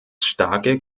starke